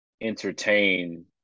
entertain